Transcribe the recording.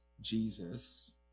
Jesus